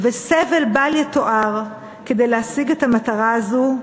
וסבל בל-יתואר כדי להשיג את המטרה הזאת,